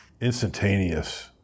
instantaneous